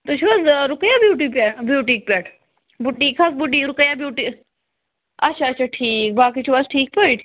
تُہۍ چھِو حظ آ رُقَیا بِیٛوٗٹی پیٚٹھ بُٹیٖق پیٚٹھ بُٹیٖق حظ بُٹیٖق رُقَیا بُٹیٖق اچھا اچھا ٹھیٖک باقٕے چھِو حظ ٹھیٖک پٲٹھۍ